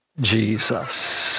Jesus